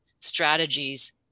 strategies